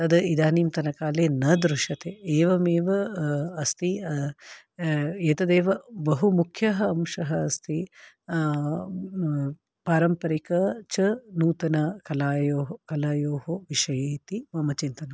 तत् इदानीं तन काले न दृश्यते एवमेव अस्ति एतदेव बहु मुख्यः अंशः अस्ति पारम्परिक च नूतनकलायोः कलयोः विषये इति मम चिन्तनम्